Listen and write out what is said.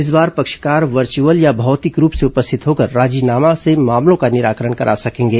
इस बार पक्षकार वर्चुअल या भौतिक रूप से उपस्थित होकर राजीनामा से मामलों का निराकरण करा सकेंगे